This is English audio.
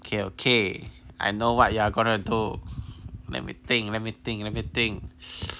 okay okay I know what you are gonna do let me think let me think let me think